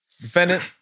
defendant